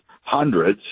hundreds